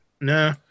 No